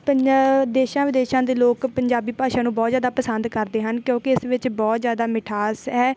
ਪੰਜਾਬ ਦੇਸ਼ਾਂ ਵਿਦੇਸ਼ਾਂ ਦੇ ਲੋਕ ਪੰਜਾਬੀ ਭਾਸ਼ਾ ਨੂੰ ਬਹੁਤ ਜ਼ਿਆਦਾ ਪਸੰਦ ਕਰਦੇ ਹਨ ਕਿਉਂਕਿ ਇਸ ਵਿੱਚ ਬਹੁਤ ਜ਼ਿਆਦਾ ਮਿਠਾਸ ਹੈ